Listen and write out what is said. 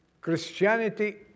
Christianity